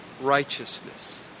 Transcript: righteousness